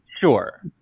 Sure